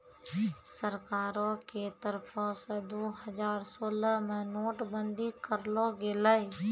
सरकारो के तरफो से दु हजार सोलह मे नोट बंदी करलो गेलै